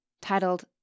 titled